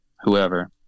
whoever